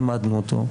למדנו אותו,